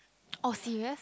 oh serious